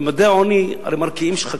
ממדי העוני הרי מרקיעים שחקים: